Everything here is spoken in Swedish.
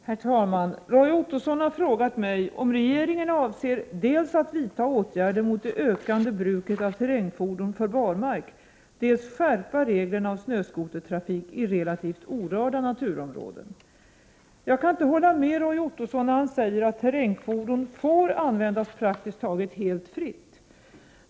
Herr talman! Roy Ottosson har frågat mig om regeringen avser dels att vidta åtgärder mot det ökande bruket av terrängfordon för barmark, dels skärpa regleringen av snöskotertrafik i relativt orörda naturområden. Jag kan inte hålla med Roy Ottosson när han säger att terrängfordon får användas praktiskt taget helt fritt.